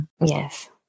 yes